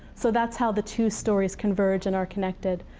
so that's how the two stories converge and are connected.